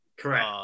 Correct